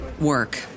work